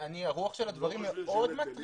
הרוח של הדברים מאוד מטרידה.